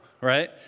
right